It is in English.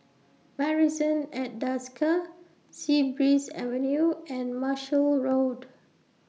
Marrison At Desker Sea Breeze Avenue and Marshall Road